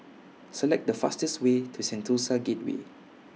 Select The fastest Way to Sentosa Gateway